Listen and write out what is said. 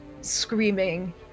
screaming